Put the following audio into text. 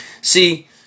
See